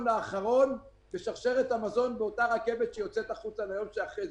האחרון בשרשרת המזון באותה רכבת שיוצאת החוצה ביום שאחרי.